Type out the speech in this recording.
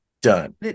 done